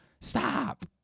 Stop